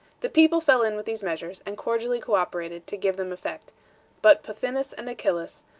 the people fell in with these measures, and cordially co-operated to give them effect but pothinus and achillas,